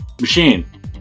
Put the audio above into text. Machine